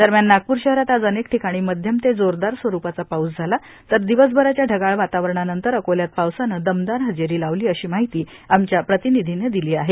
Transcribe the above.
दरम्यान नागप्र शहरात आज अनेक ठिकाणी माध्यम से जोरदार स्वरूपाचा पाऊस झाला तर दिवसभराच्या ढगाळ वातावरणानंतर अकोल्यात पावसाने दमदार हजेरी लावली अशी माहिती आमच्या प्रतिनिधिने दिली आहे